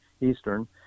Eastern